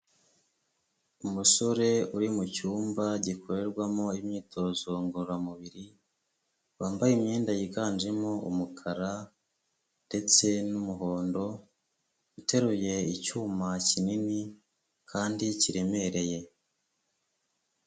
Umusore uri mu cyumba gikorerwamo imyitozo ngororamubiri, wambaye imyenda yiganjemo umukara ndetse n'umuhondo, uteruye icyuma kinini kandi kiremereye.